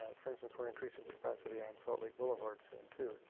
for instance, we're increasing capacity on salt lake boulevard soon too.